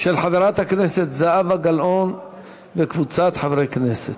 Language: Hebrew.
של חברת הכנסת זהבה גלאון וקבוצת חברי הכנסת.